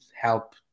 help